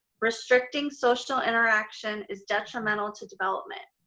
restricting social interaction is detrimental to development.